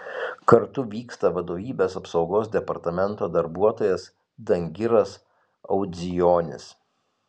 kartu vyksta vadovybės apsaugos departamento darbuotojas dangiras audzijonis